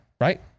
right